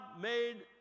made